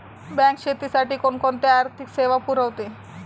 Bank शेतीसाठी कोणकोणत्या आर्थिक सेवा पुरवते?